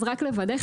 אז רק לוודא,